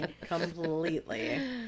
Completely